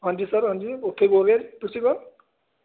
ਹਾਂਜੀ ਸਰ ਹਾਂਜੀ ਓਕੇ ਬੋਲ ਰਿਹਾ ਜੀ ਤੁਸੀਂ ਕੋਣ